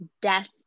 death